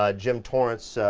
ah jim torrence,